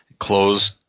Closed